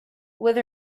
with